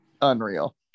unreal